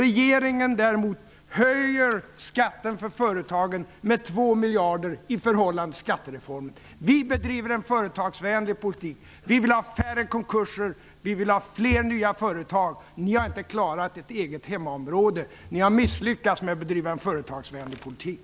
Regeringen, däremot, höjer skatten för företagen med 2 miljarder i förhållande till skattereformen. Vi bedriver en företagsvänlig politik. Vi vill ha färre konkurser. Vi vill ha fler nya företag. Ni har inte klarat ert eget hemområde. Ni har misslyckats med att bedriva en företagsvänlig politik.